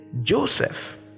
Joseph